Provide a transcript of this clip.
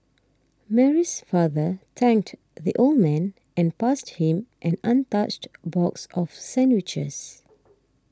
Mary's father thanked the old man and passed him an untouched box of sandwiches